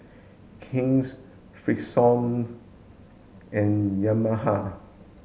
King's Freshkon and Yamaha